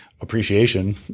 appreciation